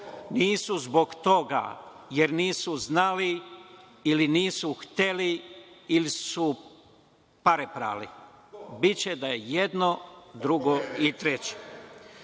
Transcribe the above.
Nisu zbog toga jer nisu znali ili nisu hteli ili su pare prali. Biće da je jedno, drugo i